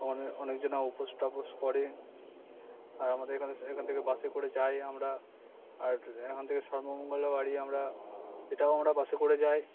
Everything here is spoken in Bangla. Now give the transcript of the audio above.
ওখানে অনেকজনা উপোস টাপোস করে আর আমাদের এখান থেকে বাসে করে যাই আমরা আর এখান থেকে সর্বমঙ্গলা বাড়ি আমরা সেটাও আমরা বাসে করে যাই